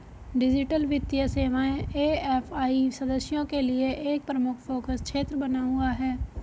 digital वित्तीय सेवाएं AFI सदस्यों के लिए एक प्रमुख फोकस क्षेत्र बना हुआ है